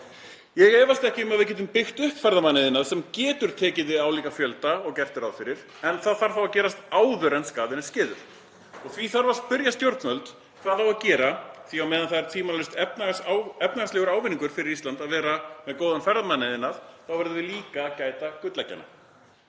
Ég efast ekki um að við getum byggt upp ferðamannaiðnað sem getur tekið við álíka fjölda og gert er ráð fyrir en það þarf þá að gerast áður en skaðinn er skeður. Því þarf að spyrja stjórnvöld: Hvað á að gera? Því að þótt það sé tvímælalaust efnahagslegur ávinningur fyrir Ísland að vera með góðan ferðamannaiðnað þá verðum við líka að gæta að gullegginu.